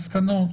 מסקנות,